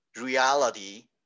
reality